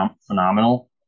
phenomenal